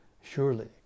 surely